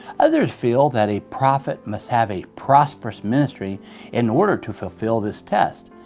others feel that a prophet must have a prosperous ministry in order to fulfill this test.